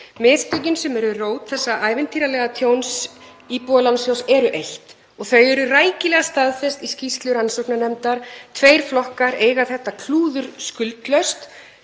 Mistökin sem eru rót þessa ævintýralega tjóns Íbúðalánasjóðs eru eitt, og þau eru rækilega staðfest í skýrslu rannsóknarnefndar. Tveir flokkar eiga þetta klúður skuldlaust,